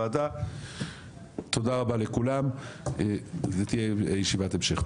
תודה רבה לכולם, תהיה ישיבת המשך,